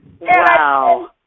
Wow